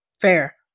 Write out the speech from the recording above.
Fair